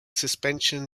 suspension